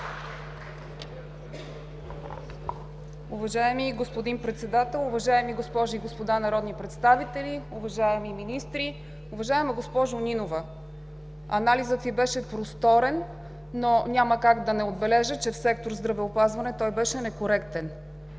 Уважаеми господин Председател, уважаеми госпожи и господа народни представители, уважаеми министри! Уважаема госпожо Нинова, анализът Ви беше просторен, но няма как да не отбележа, че в сектор „Здравеопазване“ той беше некоректен.